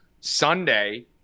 Sunday